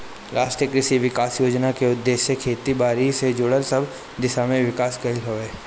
राष्ट्रीय कृषि विकास योजना के उद्देश्य खेती बारी से जुड़ल सब दिशा में विकास कईल हवे